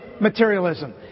materialism